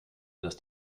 dass